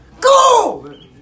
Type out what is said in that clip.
GO